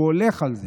הוא הולך על זה.